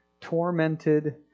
Tormented